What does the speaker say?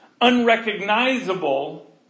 unrecognizable